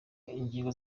ingingo